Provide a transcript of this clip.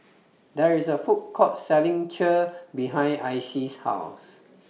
There IS A Food Court Selling Kheer behind Icy's House